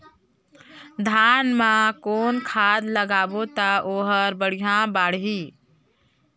धान मा कौन खाद लगाबो ता ओहार बेडिया बाणही?